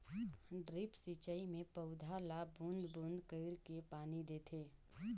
drip सिंचई मे पउधा ल बूंद बूंद कईर के पानी देथे